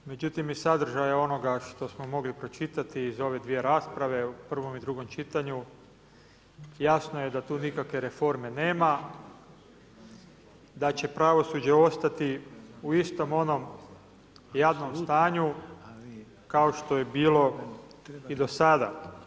Međutim, iz sadržaja onoga što smo mogli pročitati iz ove dvije rasprave u prvom i drugom čitanju jasno je da tu nikakve reforme nema, da će pravosuđe ostati u istom onom jadnom stanju kao što je bilo i do sada.